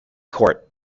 court